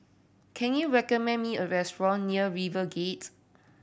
can you recommend me a restaurant near RiverGate